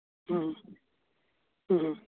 ᱦᱮᱸ ᱦᱮᱸ